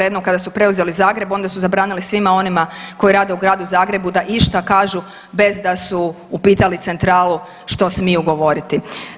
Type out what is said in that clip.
Jednom kada su preuzeli Zagreb onda su zabranili svima onima koji rade u gradu Zagrebu da išta kažu bez da su upitali centralu što smiju govoriti.